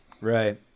Right